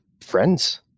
friends